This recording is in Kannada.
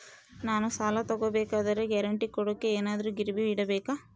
ನಾನು ಸಾಲ ತಗೋಬೇಕಾದರೆ ಗ್ಯಾರಂಟಿ ಕೊಡೋಕೆ ಏನಾದ್ರೂ ಗಿರಿವಿ ಇಡಬೇಕಾ?